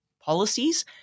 policies